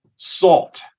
Salt